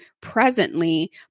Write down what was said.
presently